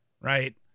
right